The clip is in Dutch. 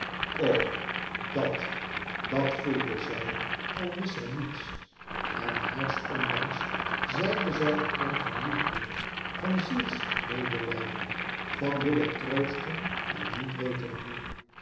dat dat voelde zij al wist zij niets en haars ondanks zeide zij een klank van liefde van zielsmedelijden van willen troosten en niet weten hoe